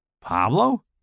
Pablo